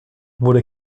wurde